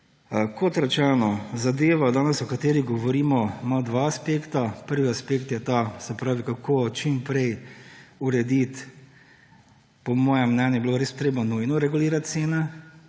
Kot rečeno, zadeva, o kateri danes govorimo, ima dva aspekta. Prvi aspekt je ta, se pravi, kako čim prej urediti … Po mojem mnenju bi bilo res treba nujno regulirati cene,